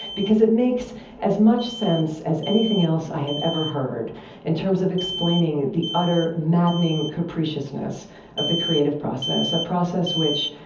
because it makes as much sense as anything else i have ever heard in terms of explaining the utter maddening capriciousness of the creative process. a process which,